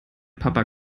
papa